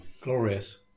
glorious